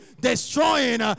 destroying